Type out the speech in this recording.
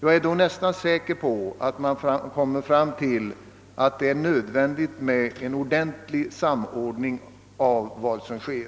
Jag är nästan säker på att man då kommer till resultatet att det är nödvändigt med en ordentlig samordning av vad som sker.